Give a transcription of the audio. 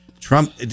trump